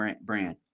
brand